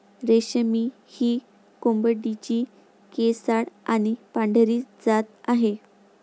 रेशमी ही कोंबडीची केसाळ आणि पांढरी जात आहे